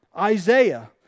Isaiah